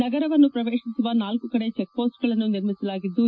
ನಗರವನ್ನು ಪ್ರವೇಶಿಸುವ ನಾಲ್ಕು ಕಡೆ ಚೆಕ್ಪೋರ್ಟ್ಗಳನ್ನು ನಿರ್ಮಿಸಲಾಗಿದ್ದು